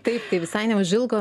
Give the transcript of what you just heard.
taip tai visai neužilgo